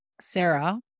Sarah